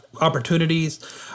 opportunities